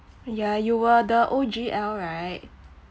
ya you are the O_G_L right